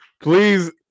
Please